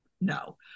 no